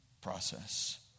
process